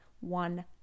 one